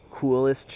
coolest